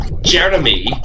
Jeremy